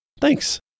Thanks